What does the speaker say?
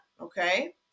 Okay